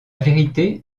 vérité